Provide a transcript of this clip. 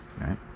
right